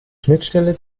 schnittstelle